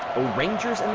o'rangers, and